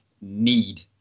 need